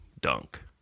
Dunk